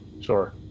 Sure